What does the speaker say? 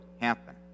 happen